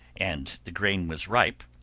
and the grain was ripe,